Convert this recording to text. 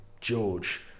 George